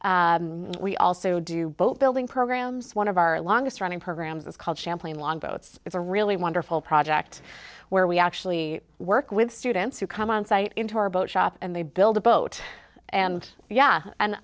we also do boat building programs one of our longest running programs is called champlain longboats it's a really wonderful project where we actually work with students who come onsite into our boat shop and they build a boat and yeah and